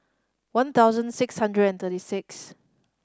one thousand six hundred and thirty six